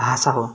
भाषा हो